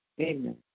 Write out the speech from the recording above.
amen